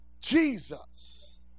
Jesus